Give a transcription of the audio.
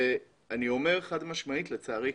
אני אומר חד-משמעית כן.